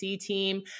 team